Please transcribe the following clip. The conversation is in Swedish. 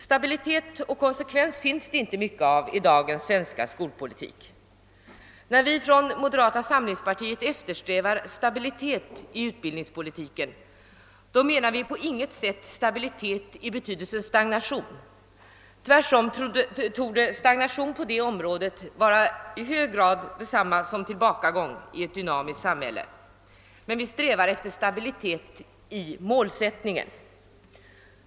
Stabilitet och konsekvens finns det inte mycket av i dagens svenska skolpolitik. När vi från moderata samlingspartiet eftersträvar stabilitet i utbildningspolitiken, menar vi på intet sätt stabilitet i betydelsen stagnation. Tvärtom torde stagnation på det området i hög grad vara detsamma som tillbakagång i ett dynamiskt samhälle. Men vi strävar efter stabilitet i målsättningen.